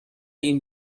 این